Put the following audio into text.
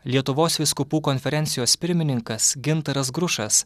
lietuvos vyskupų konferencijos pirmininkas gintaras grušas